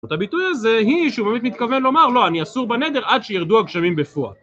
את הביטוי הזה היא שהוא באמת מתכוון לומר לא אני אסור בנדר עד שירדו הגשמים בפואט